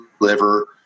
liver